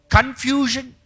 Confusion